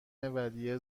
ودیعه